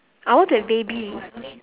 I want to have baby